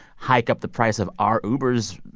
hike up the price of our ubers.